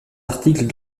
articles